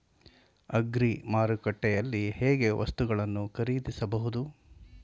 Agri ಮಾರುಕಟ್ಟೆಯಲ್ಲಿ ಹೇಗೆ ವಸ್ತುಗಳನ್ನು ಖರೀದಿಸಬಹುದು?